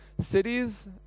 Cities